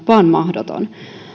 vain mahdoton